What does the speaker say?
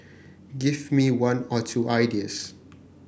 give me one or two ideas